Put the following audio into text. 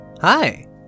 Hi